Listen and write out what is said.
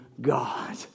God